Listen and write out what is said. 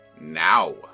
Now